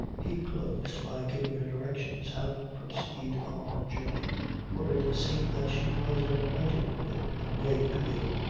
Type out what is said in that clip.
he closed by giving her directions how to proceed on her journey for it seemed that she was unacquainted with the way, being,